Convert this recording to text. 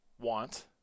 want